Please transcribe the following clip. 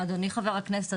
אדוני חבר הכנסת,